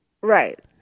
Right